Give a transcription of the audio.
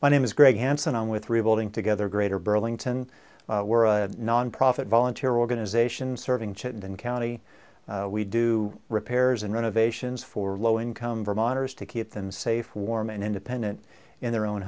my name is greg hanson on with rebuilding together greater burlington were a nonprofit volunteer organization serving chittenden county we do repairs and renovations for low income vermonters to keep them safe warm and independent in their own